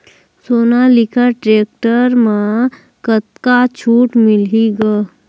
Sonalika tractor म कतका छूट मिलही ग?